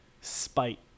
spite